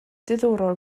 diddorol